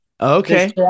Okay